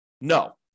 No